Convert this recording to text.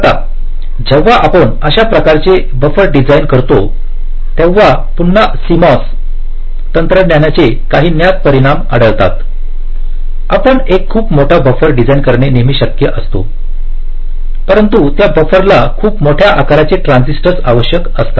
आता जेव्हा आपण अशा प्रकारचे बफर डिझाइन करता तेव्हा पुन्हा CMOSसीएमओएस तंत्रज्ञानाचे काही ज्ञात परिणाम आढळतात आपण एक खूप मोठा बफर डिझाइन करणे नेहमी शक्य असतो परंतु त्या बफर ला खूप मोठ्या आकाराचे ट्रान्झिस्टर आवश्यक असतात